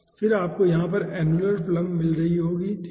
फिर आपको यहाँ पर अनुलर फिल्म मिल रही होगी ठीक है